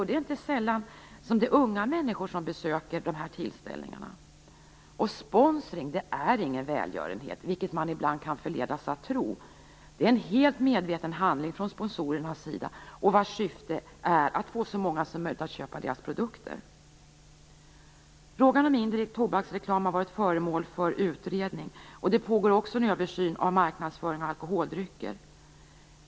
Det är inte sällan som det är unga människor som besöker sådana här tillställningar. Sponsring är ingen välgörenhet, vilket man ibland kan förledas att tro, utan sponsring är en helt medveten handling från sponsorernas sida. Syftet är att få så många som möjligt att köpa deras produkter. Frågan om indirekt tobaksreklam har varit föremål för utredning. Det pågår också en översyn av marknadsföring av alkoholdrycker.